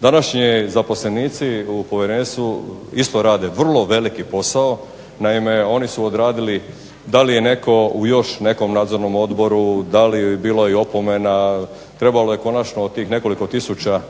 Današnji zaposlenici u povjerenstvu isto rade vrlo veliki posao. Naime, oni su odradili da li je netko u još nekom nadzornom odboru, da li, bilo je i opomena. Trebalo je konačno od tih nekoliko tisuća